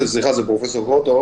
סליחה, זה פרופ' גרוטו.